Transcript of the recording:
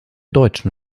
deutschen